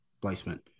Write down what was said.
placement